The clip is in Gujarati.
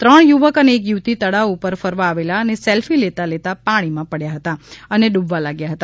ત્રણ યુવક અને એક યુવતી તળાવ ઉપર ફરવા આવેલા અને સેલફી લેતા લેતા પાણી માં પડ્યા હતા અને ડૂબવા લાગ્યા હતા